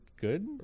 good